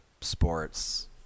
sports